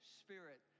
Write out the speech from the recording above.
spirit